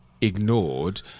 ignored